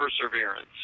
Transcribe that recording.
perseverance